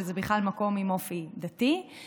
שזה בכלל מקום עם אופי דתי,